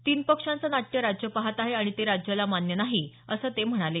तीन पक्षांचं नाट्य राज्य पहात आहे आणि ते राज्याला मान्य नाही असं ते म्हणाले